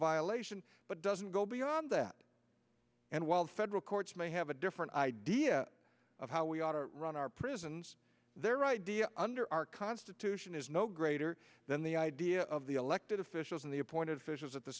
violation but doesn't go beyond that and while federal courts may have a different idea of how we ought to run our prisons they're right under our constitution is no greater than the idea of the elected officials and the appointed officials at the